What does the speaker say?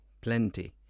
plenty